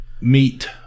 meet